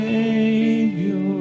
Savior